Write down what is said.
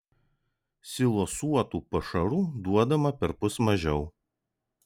silosuotų pašarų duodama perpus mažiau